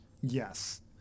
Yes